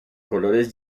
colores